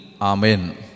Amen